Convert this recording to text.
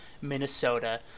minnesota